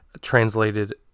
translated